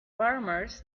farmers